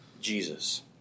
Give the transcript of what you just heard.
Jesus